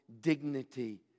dignity